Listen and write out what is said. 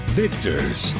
victors